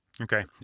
Okay